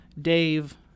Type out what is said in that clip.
Dave